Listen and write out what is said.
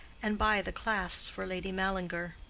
and buy the clasps for lady mallinger.